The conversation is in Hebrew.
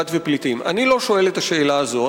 אני לא שואל את השאלה הזו.